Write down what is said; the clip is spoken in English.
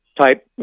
type